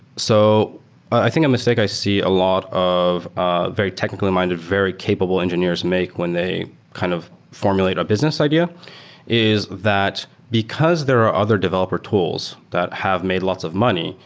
so i think a mistake i see a lot of ah very technically-minded, very capable engineers, make when they kind of formulate a business idea is that because there are other developer tools that have made lots of money,